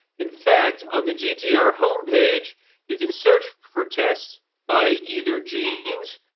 in fact, on the gtr homepage you can search for tests by either genes,